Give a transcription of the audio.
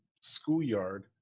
schoolyard